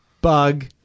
bug